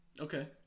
Okay